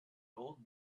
old